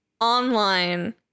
online